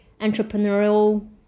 entrepreneurial